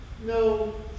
no